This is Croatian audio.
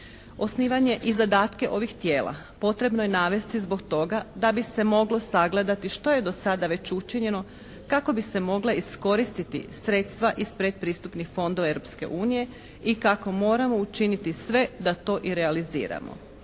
Osnivanje i zadatke ovih tijela potrebno je navesti zbog toga da bi se moglo sagledati što je do sada već učinjeno kako bi se mogla iskoristiti sredstva iz predpristupnih fondova Europske unije i kako moramo učiniti sve da to i realiziramo.